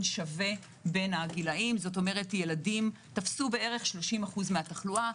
שווה בין הגילאים כלומר ילדים תפסו כ-30% מהתחלואה.